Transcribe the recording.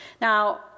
Now